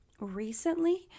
recently